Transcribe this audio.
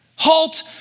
Halt